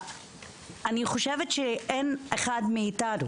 אני חושבת שאין אחד מאיתנו